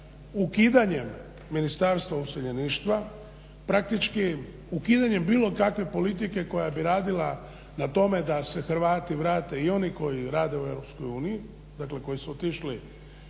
Ukidanjem ministarstva useljeništva praktički ukidanjem bilo kakve politike koja bi radila na tome da se Hrvati vrate i oni koji rade u EU, dakle koji su otišli